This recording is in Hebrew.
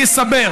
אלא משום